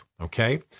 okay